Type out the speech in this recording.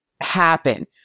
happen